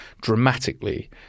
dramatically